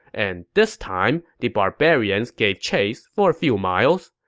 and this time, the barbarians gave chase for a few miles.